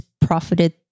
profited